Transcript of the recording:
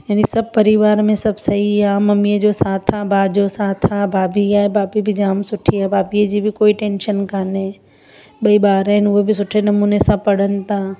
यानि सब परिवार में सब सही आहे मम्मीअ जो साथ आहे भाउ जो साथ आहे भाभी आहे भाभी बि जाम सुठी आहे भाभीअ जी बि कोई टेंशन कोन्हे ॿई ॿार आहिनि उहे बि सुठे नमूने सां पढ़िण था